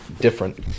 different